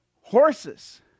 horses